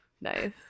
Nice